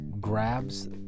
grabs